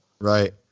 Right